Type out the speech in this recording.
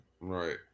Right